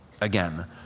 again